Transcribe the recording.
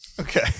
Okay